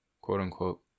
quote-unquote